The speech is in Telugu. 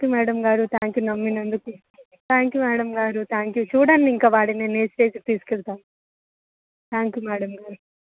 థ్యాంక్ యూ మ్యాడమ్ గారు థ్యాంక్ యూ నమ్మినందుకు థ్యాంక్ యూ మ్యాడమ్ గారు థ్యాంక్ యూ చూడండి ఇంకా వాడిని నేను ఏ స్టేజ్కి తీసుకెళ్తా థ్యాంక్ యూ మ్యాడమ్ గారు